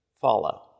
follow